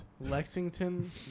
Lexington